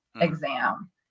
exam